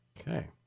Okay